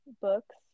Books